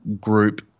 group